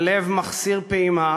הלב מחסיר פעימה